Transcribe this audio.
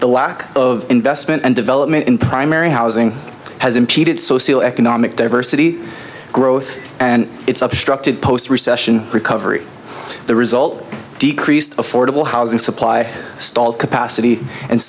the lack of investment and development in primary housing has impeded socio economic diversity growth and it's obstructed post recession recovery the result decreased affordable housing supply stalled capacity and